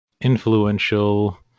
influential